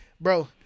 Bro